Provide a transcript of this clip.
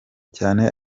cyane